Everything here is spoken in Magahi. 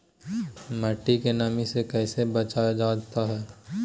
मट्टी के नमी से कैसे बचाया जाता हैं?